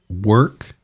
work